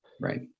Right